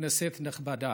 כנסת נכבדה,